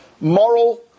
Moral